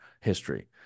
history